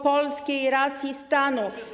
polskiej racji stanu.